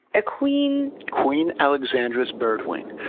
a queen. queen alexandra's birdwing